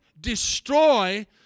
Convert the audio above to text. destroy